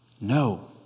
No